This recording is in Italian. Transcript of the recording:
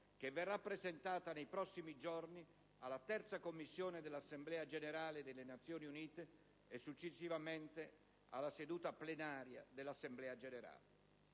che verrà presentata nei prossimi giorni alla Terza Commissione dell'Assemblea generale delle Nazioni Unite e successivamente in plenaria. Stiamo negoziando per